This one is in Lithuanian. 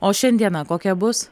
o šiandiena kokia bus